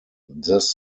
this